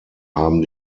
haben